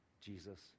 Jesus